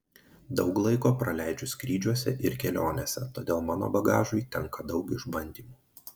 daug laiko praleidžiu skrydžiuose ir kelionėse todėl mano bagažui tenka daug išbandymų